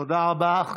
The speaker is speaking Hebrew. תודה רבה.